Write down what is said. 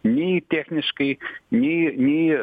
nei techniškai nei nei